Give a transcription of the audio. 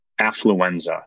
affluenza